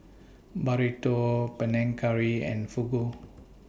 Burrito Panang Curry and Fugu